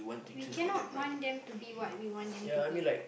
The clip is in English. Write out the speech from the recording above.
we cannot want them to be what we want them to be